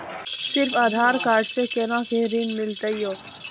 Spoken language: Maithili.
सिर्फ आधार कार्ड से कोना के ऋण मिलते यो?